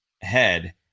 head